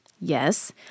yes